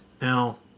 Now